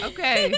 Okay